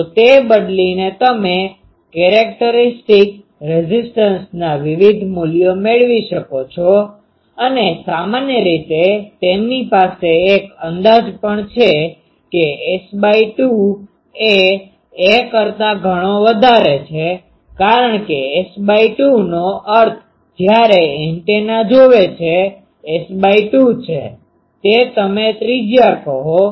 તો તે બદલીને તમે કેરેક્ટરીક્સ્ટીક રેઝીસ્ટન્સના વિવિધ મૂલ્યો મેળવી શકો છો અને સામાન્ય રીતે તેમની પાસે એક અંદાજ પણ છે કે S 2 એ "a" કરતા ઘણો વધારે છે કારણ કે S 2 નો અર્થ જ્યારે એન્ટેના જોવે છે S 2 છે તે તમે ત્રિજ્યા કહો